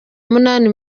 munani